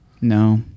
No